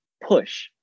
push